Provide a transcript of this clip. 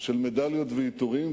של מדליות ועיטורים,